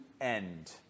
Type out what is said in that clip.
end